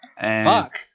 Fuck